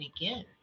again